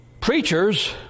Preachers